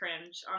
cringe